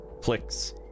clicks